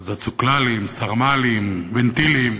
זה "צוקללים", "סרמאלים", "ונטילים".